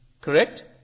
Correct